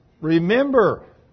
Remember